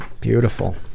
beautiful